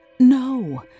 No